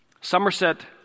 Somerset